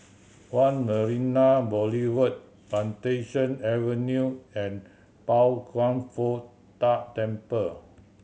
One Marina Boulevard Plantation Avenue and Pao Kwan Foh Tang Temple